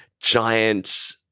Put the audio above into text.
giant